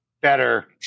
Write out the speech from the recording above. better